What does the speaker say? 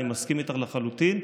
אני מסכים איתך לחלוטין.